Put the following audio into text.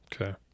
Okay